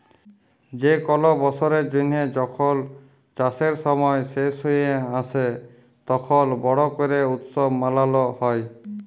যে কল বসরের জ্যানহে যখল চাষের সময় শেষ হঁয়ে আসে, তখল বড় ক্যরে উৎসব মালাল হ্যয়